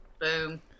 Boom